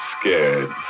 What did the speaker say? scared